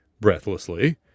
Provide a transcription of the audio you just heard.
breathlessly